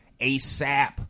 ASAP